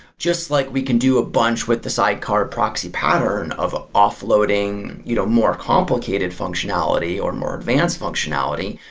just like we can do a bunch with the sidecar proxy pattern of offloading you know more complicated functionality or more advanced functionality.